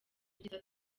ibyiza